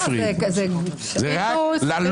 חברת הכנסת אפרת רייטן מרום,